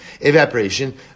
Evaporation